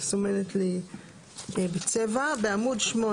בעמוד 8